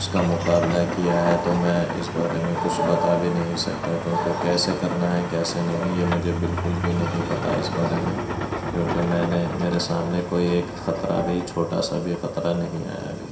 اس کا مقابلہ کیا ہے تو میں اس بارے میں کچھ بتا بھی نہیں سکتا کیونکہ کیسے کرنا ہے کیسے نہیں یہ مجھے بالکل بھی نہیں پتا اس بارے میں کیونکہ میں نے میرے سامنے کوئی ایک خطرہ بھی چھوٹا سا بھی خطرہ نہیں آیا ابھی